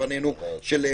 במקרה שלפנינו.